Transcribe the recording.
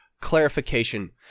Clarification